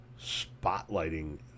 spotlighting